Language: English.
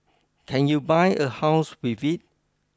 can you buy a house with it